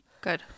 Good